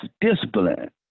discipline